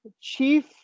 chief